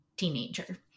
teenager